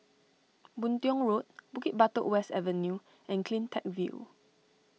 Boon Tiong Road Bukit Batok West Avenue and CleanTech View